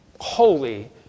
holy